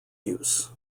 use